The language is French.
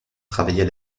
travailler